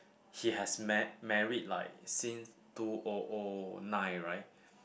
he has marr~ married like since two O O nine right